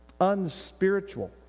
unspiritual